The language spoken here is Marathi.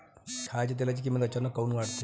खाच्या तेलाची किमत अचानक काऊन वाढते?